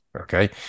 Okay